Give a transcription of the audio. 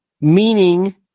meaning